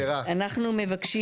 אנחנו מבקשים